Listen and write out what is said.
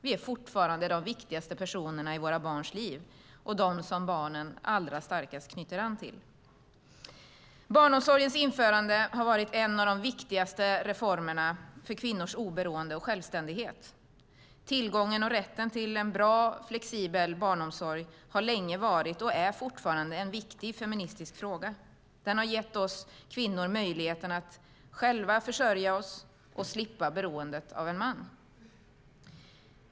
Vi är fortfarande de viktigaste personerna i våra barns liv och dem som barnen allra starkast knyter an till. Barnomsorgens införande har varit en av de viktigaste reformerna för kvinnors oberoende och självständighet. Tillgången och rätten till en bra och flexibel barnomsorg har länge varit och är fortfarande en viktig feministisk fråga. Den har gett oss kvinnor möjligheten att själva försörja oss och slippa beroendet av en man.